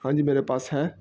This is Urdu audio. ہاں جی میرے پاس ہے